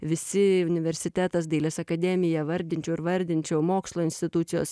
visi universitetas dailės akademija vardinčiau ir vardinčiau mokslo institucijos